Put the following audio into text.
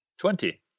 Twenty